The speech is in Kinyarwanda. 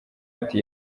ati